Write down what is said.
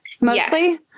Mostly